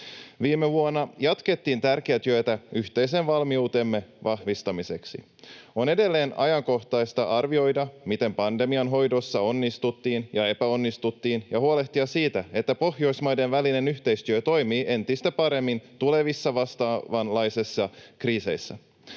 Viime vuonna jatkettiin tärkeää työtä yhteisen valmiutemme vahvistamiseksi. On edelleen ajankohtaista arvioida, miten pandemian hoidossa onnistuttiin ja epäonnistuttiin, ja huolehtia siitä, että Pohjoismaiden välinen yhteistyö toimii entistä paremmin tulevissa vastaavanlaisissa kriiseissä.